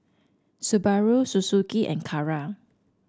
Subaru Suzuki and Kara